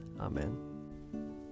Amen